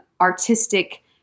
artistic